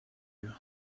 you